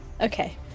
okay